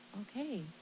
okay